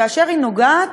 כאשר היא נוגעת